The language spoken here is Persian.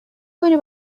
کنی